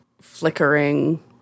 flickering